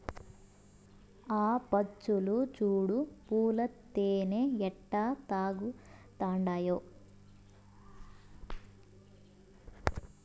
ఆ పచ్చులు చూడు పూల తేనె ఎట్టా తాగతండాయో